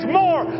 more